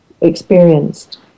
experienced